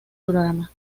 programa